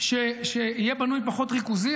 שיהיה בנוי פחות ריכוזי,